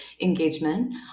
engagement